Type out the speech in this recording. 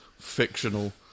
fictional